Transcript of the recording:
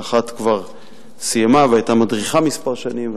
שאחת כבר סיימה והיתה מדריכה כמה שנים,